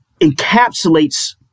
encapsulates